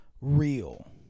real